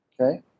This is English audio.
Okay